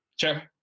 Sure